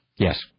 Yes